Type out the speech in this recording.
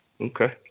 okay